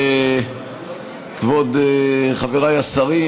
כבוד חבריי השרים,